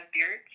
beards